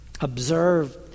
Observe